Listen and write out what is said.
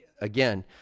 again